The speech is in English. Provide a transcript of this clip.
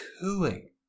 cooing